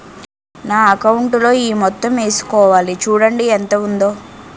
నా అకౌంటులో ఈ మొత్తం ఏసుకోవాలి చూడండి ఎంత ఉందో